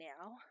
now